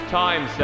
time